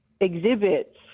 exhibits